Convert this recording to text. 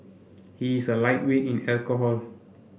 he is a lightweight in alcohol